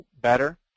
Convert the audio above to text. better